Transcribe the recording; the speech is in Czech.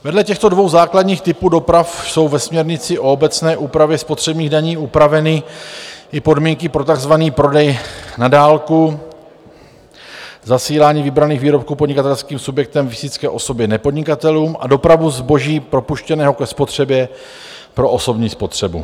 Vedle těchto dvou základních typů doprav jsou ve směrnici o obecné úpravě spotřebních daní upraveny i podmínky pro takzvaný prodej na dálku, zasílání vybraných výrobků podnikatelským subjektem fyzické osobě nepodnikatelům a dopravu zboží propouštěného ke spotřebě pro osobní spotřebu.